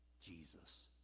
jesus